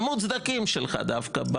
המוצדקים שלך דווקא,